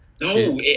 No